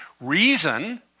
reason